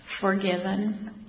forgiven